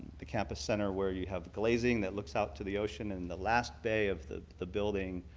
the campus center where you have glazing that looks out to the ocean. and the last bay of the the building